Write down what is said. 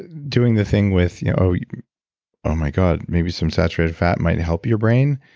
doing the thing with yeah oh oh my god, maybe some saturated fat might help your brain,